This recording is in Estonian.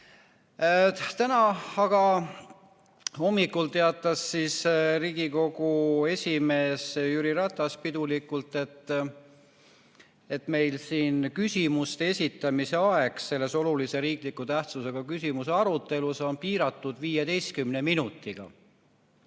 Täna hommikul teatas aga Riigikogu esimees Jüri Ratas pidulikult, et meil siin küsimuste esitamise aeg olulise riikliku tähtsusega küsimuse arutelul on piiratud 15 minutiga.